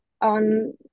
on